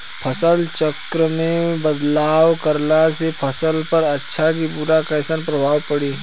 फसल चक्र मे बदलाव करला से फसल पर अच्छा की बुरा कैसन प्रभाव पड़ी?